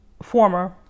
Former